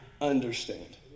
understand